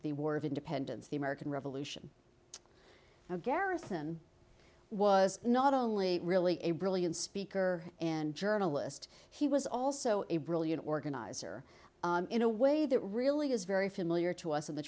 the war of independence the american revolution garrison was not only really a brilliant speaker and journalist he was also a brilliant organizer in a way that really is very familiar to us of the